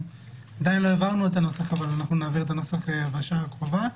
עדיין לא העברנו את הנוסח אבל נעביר את הנוסח בשעה הקרובה.